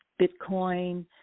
Bitcoin